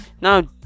Now